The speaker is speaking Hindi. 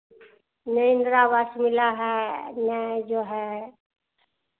ना इन्दिरावास मिला है नहीं जो है